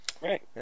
Right